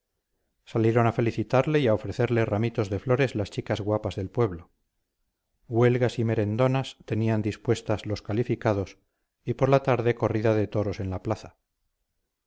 salieron a felicitarle y a ofrecerle ramitos de flores las chicas guapas del pueblo huelgas y merendonas tenían dispuestas los calificados y por la tarde corrida de toros en la plaza